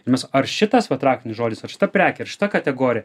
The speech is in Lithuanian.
mes ar šitas vat raktinis žodis šita prekė ir šita kategorija